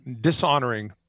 dishonoring